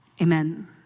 Amen